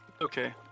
Okay